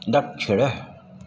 दक्षिणः